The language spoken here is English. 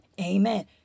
Amen